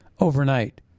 overnight